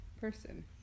person